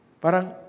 Parang